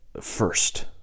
first